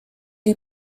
die